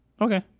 Okay